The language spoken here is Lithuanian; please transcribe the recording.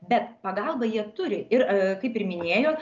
bet pagalbą jie turi ir kaip ir minėjau